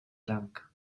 lanka